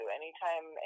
anytime